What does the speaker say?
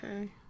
Okay